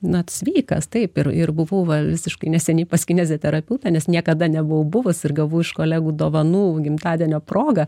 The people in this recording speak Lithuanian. na sveikas taip ir ir buvau va visiškai neseniai pas kineziterapeutą nes niekada nebuvau buvus ir gavau iš kolegų dovanų gimtadienio proga